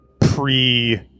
pre